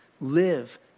Live